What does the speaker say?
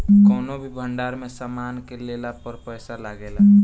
कौनो भी भंडार में सामान के लेला पर पैसा लागेला